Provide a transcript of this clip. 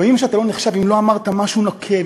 בימים שבהם אתה לא נחשב אם לא אמרת משהו נוקב,